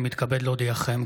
אני מתכבד להודיעכם,